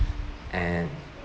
and